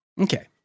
Okay